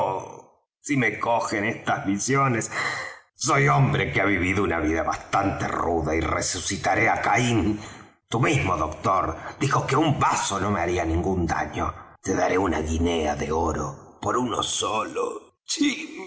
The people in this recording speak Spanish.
si me cojen estas visiones soy hombre que ha vivido una vida bastante ruda y resucitaré á caín tu mismo doctor dijo que un vaso no me haría ningún daño te daré una guinea de oro por uno sólo jim